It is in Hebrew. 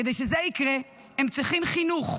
כדי שזה יקרה הם צריכים חינוך.